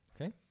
Okay